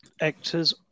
actors